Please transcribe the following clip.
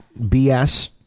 BS